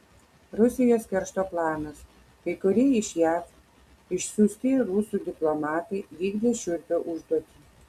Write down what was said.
rusijos keršto planas kai kurie iš jav išsiųsti rusų diplomatai vykdė šiurpią užduotį